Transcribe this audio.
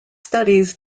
studies